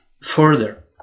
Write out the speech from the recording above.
further